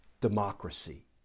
democracy